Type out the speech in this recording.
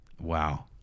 wow